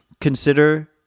consider